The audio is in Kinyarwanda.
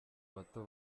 bato